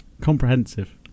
Comprehensive